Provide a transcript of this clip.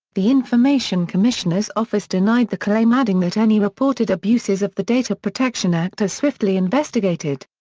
the information commissioner's office denied the claim adding that any reported abuses of the data protection act are swiftly investigated.